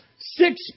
six